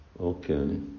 Okay